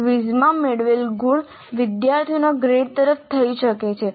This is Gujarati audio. ક્વિઝમાં મેળવેલ ગુણ વિદ્યાર્થીઓના ગ્રેડ તરફ જઈ શકે છે